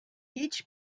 each